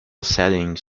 settings